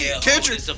Kendrick